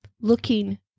looking